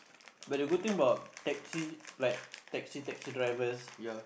but the good thing about taxi like taxi taxi drivers